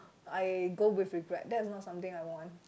I go with regret that is not something I want